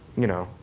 you know,